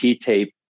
tape